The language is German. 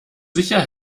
sicher